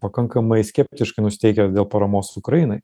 pakankamai skeptiškai nusiteikęs dėl paramos ukrainai